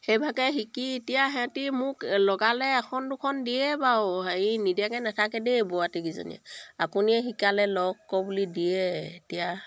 সেইভাগে শিকি এতিয়া সিহঁতে মোক লগালে এখন দুখন দিয়ে বাৰু হেৰি নিদিয়াকৈ নাথাকে দেই বোৱাৰিকেইজনীয়ে আপুনিয়ে শিকালে লওঁক আকৌ বুলি দিয়ে এতিয়া